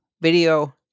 video